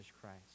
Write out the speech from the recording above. Christ